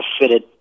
fitted